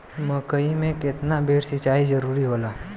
मकई मे केतना बेर सीचाई जरूरी होला?